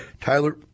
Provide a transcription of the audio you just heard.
Tyler